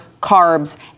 carbs